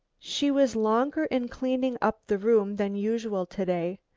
she was longer in cleaning up the room than usual to-day.